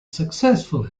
successful